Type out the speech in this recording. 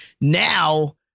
now –